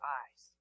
eyes